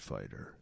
Fighter